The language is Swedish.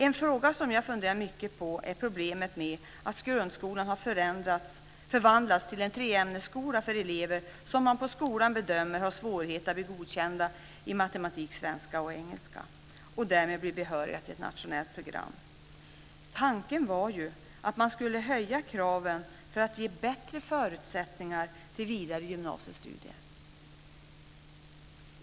En fråga som jag har funderat mycket på är problemet med att grundskolan har förvandlats till en treämnesskola för elever som man bedömer kommer att ha svårigheter att bli godkända i matematik, svenska och engelska och därmed bli behöriga till ett nationellt program. Tanken var ju att höja kraven för att ge bättre förutsättningar för vidare gymnasiestudier.